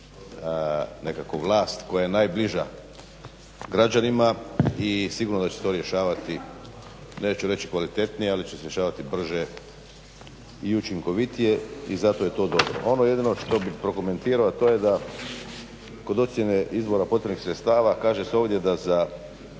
nekako vlast koja je najbliža građanima i sigurno da će se to rješavati neću reći kvalitetnije, ali će se rješavati brže i učinkovitije i zato je to dobro. Ono jedino što bih prokomentirao, to je da kod ocjene izbora potrebnih sredstava kaže se ovdje da za